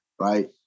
right